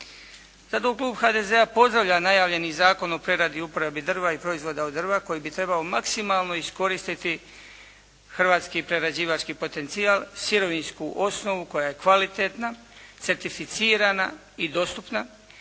Zato Klub HDZ-a pozdravlja najavljeni zakon o preradi i uporabi drva i proizvoda od drva koji bi trebao maksimalno iskoristiti hrvatski prerađivački potencijal, sirovinsku osnovu koja je kvalitetna, sertificirana i dostupna